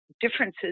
differences